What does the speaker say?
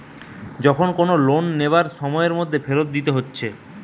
যখন কোনো লোন লিবার সময়ের মধ্যে ফেরত দিতে হতিছে